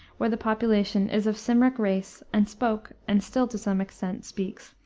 where the population is of cymric race and spoke, and still to some extent speaks,